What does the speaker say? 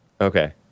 okay